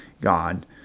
God